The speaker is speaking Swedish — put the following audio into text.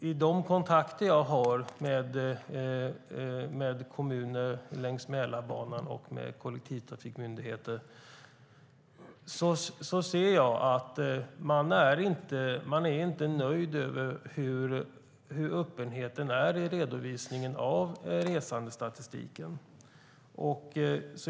I de kontakter jag har med kommuner längs Mälarbanan och med kollektivtrafikmyndigheter ser jag att man inte är nöjd med öppenheten i redovisningen av resandestatistiken.